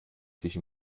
sich